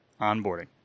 onboarding